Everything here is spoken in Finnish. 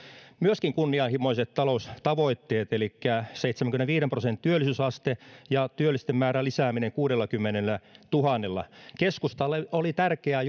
myöskin kunnianhimoiset taloustavoitteet elikkä seitsemänkymmenenviiden prosentin työllisyysasteen ja työllisten määrän lisäämisen kuudellakymmenellätuhannella keskustalle oli tärkeää